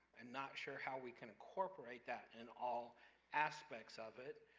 and not sure how we can incorporate that in all aspects of it,